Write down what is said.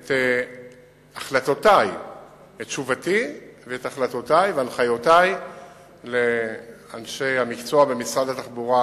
את תשובתי ואת החלטותי והנחיותי לאנשי המקצוע במשרד התחבורה